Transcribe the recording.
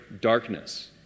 darkness